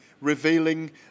revealing